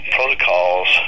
Protocols